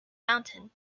mountain